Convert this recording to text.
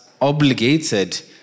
obligated